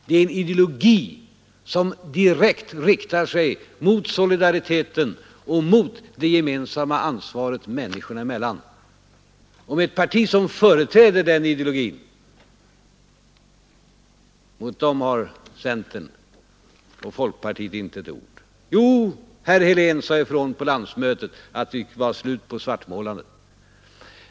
Det är en ideologi som direkt riktar sig mot solidariteten och mot det gemensamma ansvaret människorna emellan. Om ett parti som företräder den ideologin har centern och folkpartiet inte ett ord att säga. Jo, herr Helén sade ifrån på landsmötet att det får vara slut på svartmålandet.